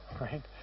right